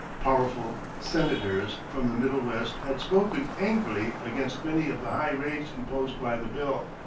powerful senators from the middle west had spoken angrily against many of the high rates imposed by the bill.